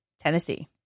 Tennessee